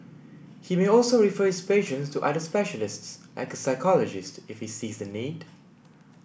he may also refer his patients to other specialists like a psychologist if he sees the need